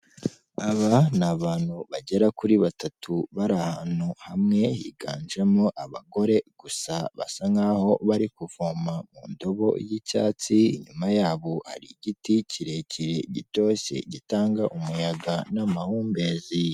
Aba ni abantu bagera kuri batatu bari ahantu hamwe, higanjemo abagore, gusa basa nk'aho bari kuvoma mu ndobo y'icyatsi, inyuma yabo hari igiti kirekire, gitoshye, gitanga umuyaga n'amahumbezi.